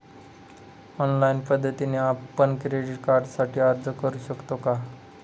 Online पद्धतीने आपण credit कार्डसाठी अर्ज करु शकतो का?